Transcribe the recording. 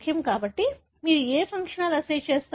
కాబట్టి మీరు ఏ ఫంక్షనల్ అస్సే చేస్తారు